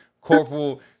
Corporal